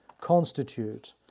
constitute